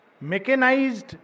mechanized